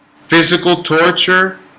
physical torture